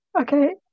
okay